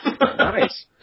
Nice